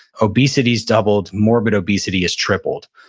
obesity's doubled, morbid obesity is tripled,